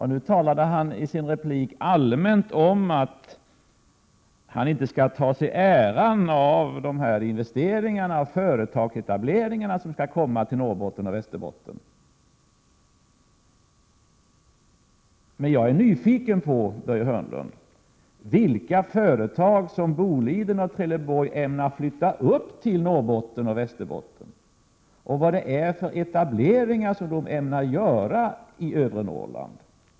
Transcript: Han talade i sitt senaste inlägg allmänt om att han inte skall ta åt sig äran för dessa investeringar och företagsetableringar som skall komma till stånd i Norrbotten och Västerbotten. Men jag är nyfiken, Börje Hörnlund, på vilka företag som Boliden och Trelleborg ämnar flytta upp till Norrbotten och Västerbotten och vilka etableringar de ämnar göra i övre Norrland.